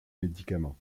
médicament